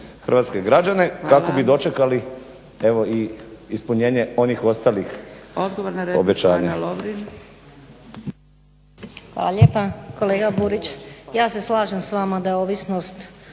hrvatske građane kako bi dočekali evo i ispunjenje onih ostalih obećanja.